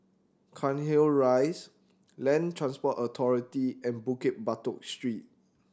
Cairnhill Rise Land Transport Authority and Bukit Batok Street